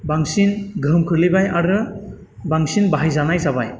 बांसिन गोहोम खोलैबाय आरो बांसिन बाहाय जानाय जाबाय